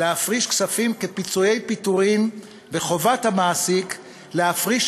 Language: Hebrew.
להפריש כספים כפיצויי פיטורים והחובה להפריש